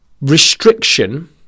restriction